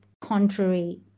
contrary